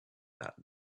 that